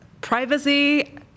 privacy